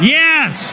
yes